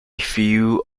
few